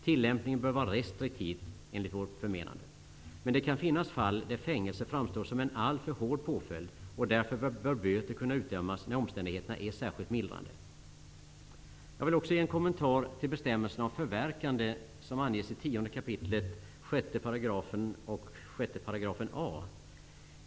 Tillämpningen bör enligt vårt förmenande vara restriktiv. Det kan finnas fall då fängelse framstår som en alltför hård påföljd. Därför bör böter kunna utdömas när omständigheterna är särskilt förmildrande. Jag vill också ge en kommentar till bestämmelserna om förverkande i 10 kap. 6 och 6 a §§.